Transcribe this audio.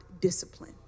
discipline